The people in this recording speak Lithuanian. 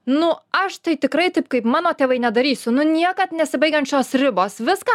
nu aš tai tikrai taip kaip mano tėvai nedarysiu nu niekad nesibaigiančios ribos viską